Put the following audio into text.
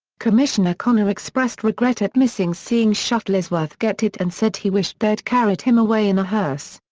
commissioner connor expressed regret at missing seeing shuttlesworth get hit and said he wished they'd carried him away in a hearse.